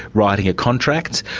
writing a contract,